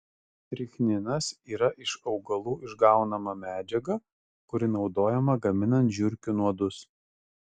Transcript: strichninas yra iš augalų išgaunama medžiaga kuri naudojama gaminant žiurkių nuodus